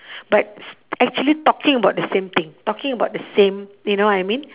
but s~ actually talking about the same thing talking about the same you know what I mean